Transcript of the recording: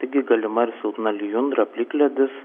taigi galima ir silpna lijundra plikledis